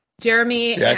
Jeremy